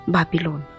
Babylon